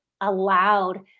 allowed